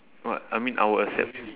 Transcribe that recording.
what I mean I will accept